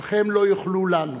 אך הם לא יוכלו לנו.